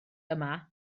yma